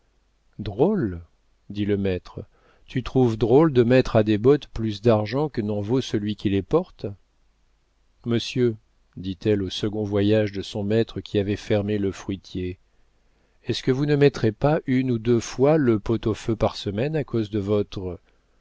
drôle drôle dit le maître tu trouves drôle de mettre à des bottes plus d'argent que n'en vaut celui qui les porte monsieur dit-elle au second voyage de son maître qui avait fermé le fruitier est-ce que vous ne mettrez pas une ou deux fois le pot-au-feu par semaine à cause de votre